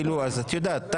את יודעת,